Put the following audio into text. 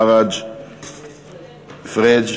חבר הכנסת עיסאווי פריג',